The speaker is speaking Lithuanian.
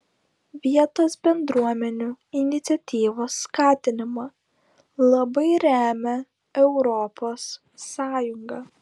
vietos bendruomenių iniciatyvos skatinimą labai remia europos sąjunga